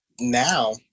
now